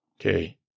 okay